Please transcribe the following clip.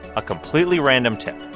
a completely random tip,